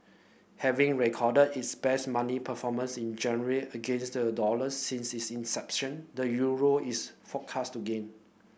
having recorded its best monthly performance in January against the dollar since its inception the euro is forecast to gain